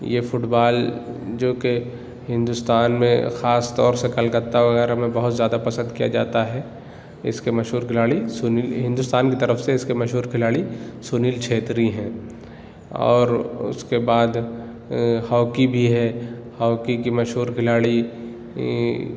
یہ football جو کہ ہندوستان میں خاص طور سے کلکتہ وغیرہ میں بہت زیاد پسند کیا جاتا ہے اس کے مشہور کھلاڑی سنیل ہندوستان کی طرف سے اس کے مشہور کھلاڑی سنیل چھیتری ہیں اور اس کے بعد ہاکی بھی ہے ہاکی کے مشہور کھلاڑی